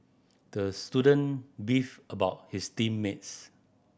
the student beefed about his team mates